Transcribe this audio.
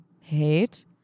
hate